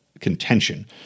contention